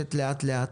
נרכשת לאט-לאט